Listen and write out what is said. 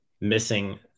missing